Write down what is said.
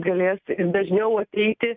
galės dažniau ateiti